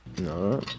No